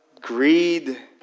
greed